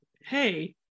hey